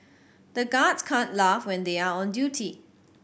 the guards can't laugh when they are on duty